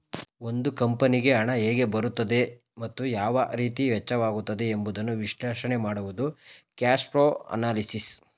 ಒಂದು ಕಂಪನಿಗೆ ಹಣ ಹೇಗೆ ಬರುತ್ತದೆ ಮತ್ತು ಯಾವ ರೀತಿ ವೆಚ್ಚವಾಗುತ್ತದೆ ಎಂಬುದನ್ನು ವಿಶ್ಲೇಷಣೆ ಮಾಡುವುದು ಕ್ಯಾಶ್ಪ್ರೋ ಅನಲಿಸಿಸ್